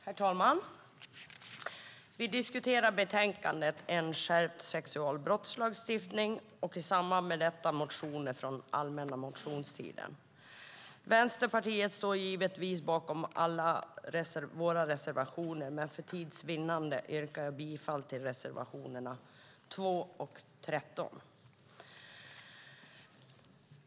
Herr talman! Vi diskuterar betänkandet En skärpt sexualbrottslagstiftning och i samband med detta motioner från allmänna motionstiden. Vänsterpartiet står givetvis bakom alla våra reservationer, men för tids vinnande yrkar jag bifall till reservationerna 2 och 13.